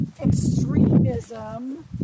extremism